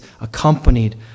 accompanied